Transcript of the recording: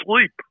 sleep